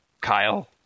Kyle